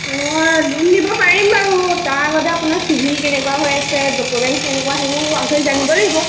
loan দিব পাৰিম বাৰু তাৰ আগতে আপোনাৰ চিভিৰ কেনেকুৱা হৈ আছে ডকুমেণ্টছ কেনেকুৱা সেইবোৰ আগে জানিব লাগিব